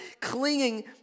clinging